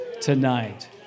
tonight